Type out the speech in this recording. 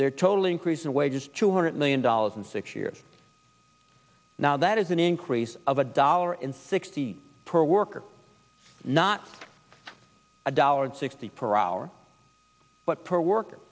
their total increase in wages two hundred million dollars and six years now that is an increase of a dollar in sixteen per worker not a dollar sixty per hour per worker